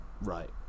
right